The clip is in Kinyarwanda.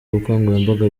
ubukangurambaga